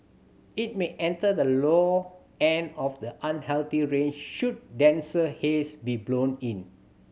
it may enter the low end of the unhealthy range should denser haze be blown in